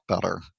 better